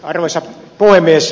arvoisa puhemies